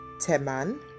Teman